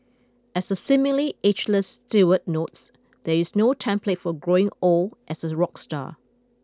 as the seemingly ageless Stewart notes there is no template for growing old as a rock star